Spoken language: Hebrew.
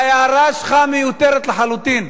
ההערה שלך מיותרת לחלוטין.